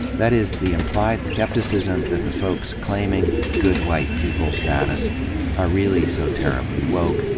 that is, the imp lied skepticism that the folks claiming good white people status are really so terribly woke,